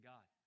God